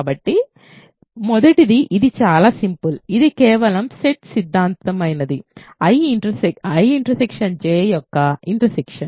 కాబట్టి మొదటిది ఇది చాలా సరళమైనది ఇది కేవలం సెట్ సిద్ధాంత పరంగా I J యొక్క ఇంటర్సెక్షన్